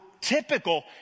typical